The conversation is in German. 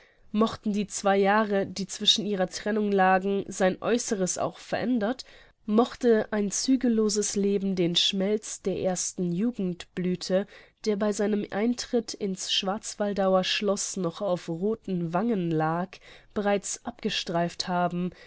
mochten die zwei jahre die zwischen ihrer trennung lagen sein aeußeres auch verändert mochte ein zügelloses leben den schmelz der ersten jugendblüthe der bei seinem eintritt in's schwarzwaldauer schloß noch auf rothen wangen lag bereits abgestreift haben